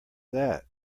that